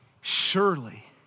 surely